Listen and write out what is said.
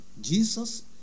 Jesus